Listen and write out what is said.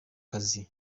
kazi